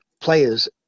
players